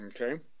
okay